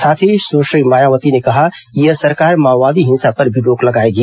साथ ही सुश्री मायावती ने कहा कि यह सरकार माओवादी हिंसा पर भी रोक लगाएगी